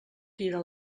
tira